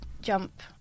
jump